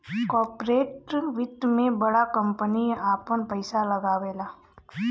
corporate वित्त मे बड़ा बड़ा कम्पनी आपन पइसा लगावला